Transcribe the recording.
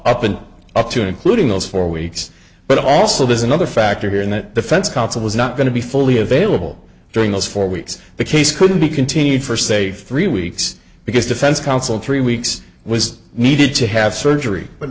up and up to including those four weeks but also there's another factor here and that defense counsel was not going to be fully available during those four weeks the case couldn't be continued for say three weeks because defense counsel three weeks was needed to have surgery but